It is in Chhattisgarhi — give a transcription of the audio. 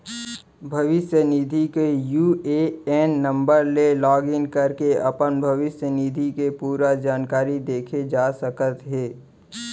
भविस्य निधि के यू.ए.एन नंबर ले लॉगिन करके अपन भविस्य निधि के पूरा जानकारी देखे जा सकत हे